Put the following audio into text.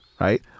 right